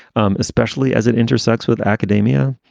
um especially as it intersects with academia.